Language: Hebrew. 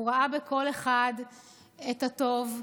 הוא ראה בכל אחד את הטוב,